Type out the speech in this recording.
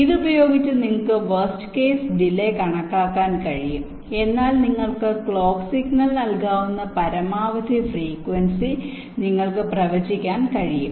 ഇത് ഉപയോഗിച്ച് നിങ്ങൾക്ക് വേർസ്റ് കേസ് ഡിലെ കണക്കാക്കാൻ കഴിയും അതിനാൽ നിങ്ങൾക്ക് ക്ലോക്ക് സിഗ്നൽ നൽകാവുന്ന പരമാവധി ഫ്രീക്കവൻസി നിങ്ങൾക്ക് പ്രവചിക്കാൻ കഴിയും